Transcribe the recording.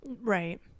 right